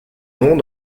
nom